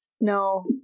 No